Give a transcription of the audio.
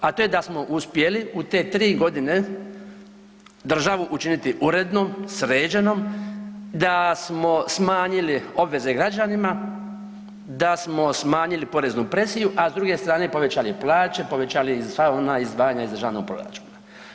A to je da smo uspjeli u te 3.g. državu učiniti urednom, sređenom, da smo smanjili obveze građanima, da smo smanjili poreznu presiju, a s druge strane povećali plaće, povećali sva ona izdvajanja iz državnog proračuna.